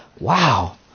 wow